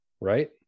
Right